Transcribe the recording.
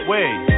Wait